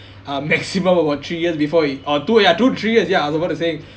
um maximum about three years before it or two ya two three years ya I was about to say